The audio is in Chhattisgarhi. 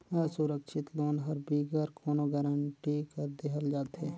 असुरक्छित लोन हर बिगर कोनो गरंटी कर देहल जाथे